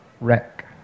wreck